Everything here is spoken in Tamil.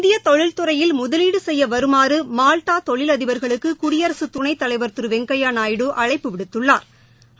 இந்திய தொழில்துறையல் முதலீடு செய்ய வருமாறு மால்டா தொழிலதிபா்களுக்கு குடியரசு துணைத்தலைவா் திரு வெங்கையா நாயுடு அழைப்புவிடுத்துள்ளாா்